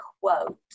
quote